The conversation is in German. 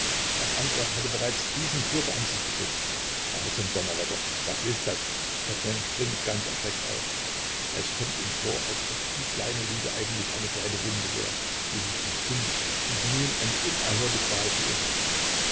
ein anderer hatte bereits diesen körper an sich gedrückt aber zum donnerwetter was ist das certain springt ganz erschreckt auf es kommt ihm vor als ob die kleine lücke eigentlich eine kleine wunde wäre die sich entzündete und nun eine unerhörte qual verursachte